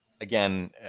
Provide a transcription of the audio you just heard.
again